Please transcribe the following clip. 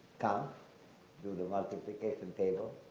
kind of do the multiplication table,